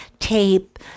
tape